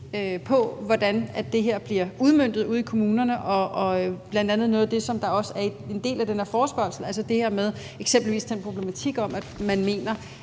på, hvordan det her bliver udmøntet ude i kommunerne, bl.a. noget af det, som er en del af den her forespørgsel, altså det her med eksempelvis den problematik, at man siger,